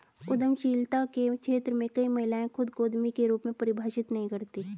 उद्यमशीलता के क्षेत्र में कई महिलाएं खुद को उद्यमी के रूप में परिभाषित नहीं करती